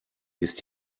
ist